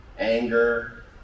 anger